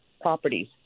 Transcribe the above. properties